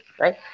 right